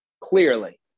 clearly